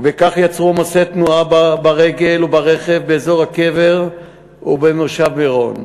ובכך יצרו עומסי תנועה ברגל וברכב באזור הקבר ובמושב מירון.